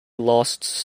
lasts